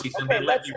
Okay